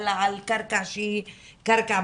אלא על הקרקע שהיא קרקע,